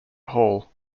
hall